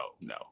no